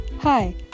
Hi